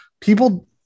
People